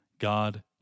God